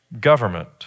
government